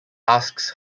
asks